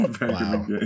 Wow